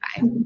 Bye